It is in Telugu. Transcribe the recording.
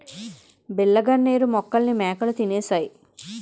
బిళ్ళ గన్నేరు మొక్కల్ని మేకలు తినేశాయి